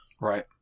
Right